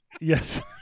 Yes